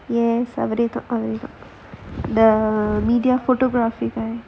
yes அவரே தான்:avare thaan photographer